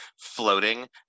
floating